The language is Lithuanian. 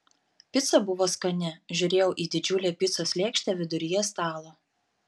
pica buvo skani žiūrėjau į didžiulę picos lėkštę viduryje stalo